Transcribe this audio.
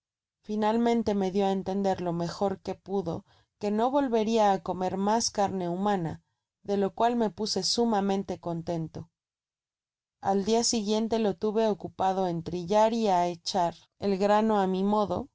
finalmente me dió á enteuder lo mejor que pudo que no volveria á comer mas carne humana de lo cual me puse sumamente contento al dia siguiente lo tuve ocupado en trillar y en aechar el grano á mi modo lo